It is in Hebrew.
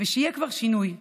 ושיהיה כבר שינוי.